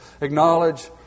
Acknowledge